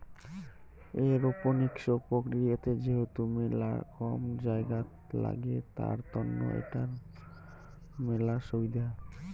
aeroponics প্রক্রিয়াতে যেহেতু মেলা কম জায়গাত লাগে, তার তন্ন এটার মেলা সুবিধা